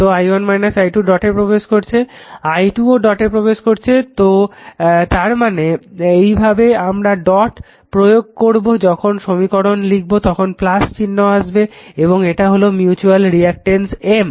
তো i1 i 2 ডটে প্রবেশ করছ i 2 ও ডটে প্রবেশ করছে তো তারমানে এইভাবে আমরা ডট সূত্র প্রয়োগ করবো যখন সমীকরণ লিখবতখন চিহ্ন আসবে এবং এটা হলো মিউচুয়াল রিঅ্যাকটেন্স M